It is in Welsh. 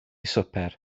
swper